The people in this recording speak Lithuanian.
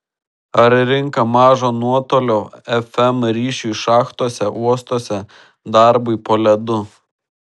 ar rinka mažo nuotolio fm ryšiui šachtose uostuose darbui po ledu